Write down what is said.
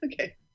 okay